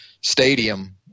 Stadium